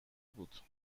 بود